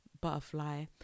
butterfly